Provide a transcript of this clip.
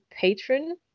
patron